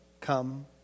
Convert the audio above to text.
come